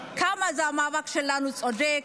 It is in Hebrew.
כמה המאבק שלנו צודק,